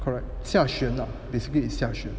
correct 下旋 ah basically it's 下旋